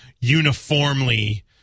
uniformly